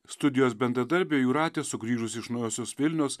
studijos bendradarbė jūratė sugrįžusi iš naujosios vilnios